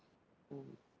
mm